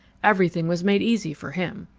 everything was made easy for him.